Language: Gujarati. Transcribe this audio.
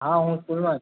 હાં હું સ્કૂલમાં જ